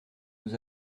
nous